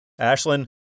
Ashlyn